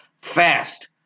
fast